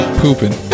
pooping